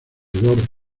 dos